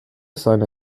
seine